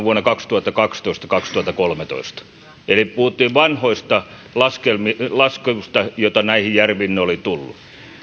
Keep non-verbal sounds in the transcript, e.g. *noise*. *unintelligible* vuonna kaksituhattakaksitoista viiva kaksituhattakolmetoista eli puhuttiin vanhoista laskuista joita näihin järviin oli tullut